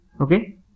Okay